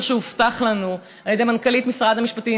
שהובטח לנו על ידי מנכ"לית משרד המשפטים,